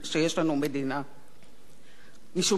משום שהדברים שאמרת כאן,